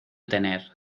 tener